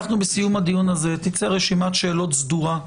בסיום הדיון הזה תצא רשימת שאלות סדורה,